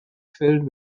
filled